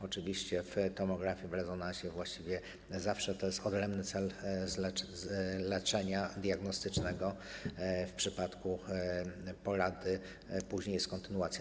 Oczywiście w tomografii, w rezonansie właściwie zawsze to jest odrębny cel leczenia diagnostycznego w przypadku porady, później jest kontynuacja.